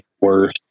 worse